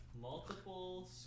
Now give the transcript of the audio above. Multiple